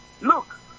Look